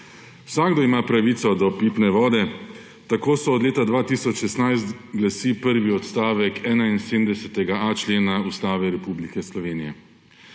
Vsakdo ima pravico do pitne vode. Tako so od leta 2016 glasi prvi odstavek 71.a člena Ustave Republike Slovenije.